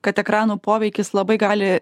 kad ekranų poveikis labai gali